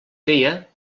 feia